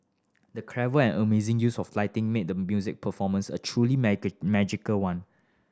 the clever and amazing use of lighting made the musical performance a truly magical one